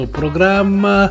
programma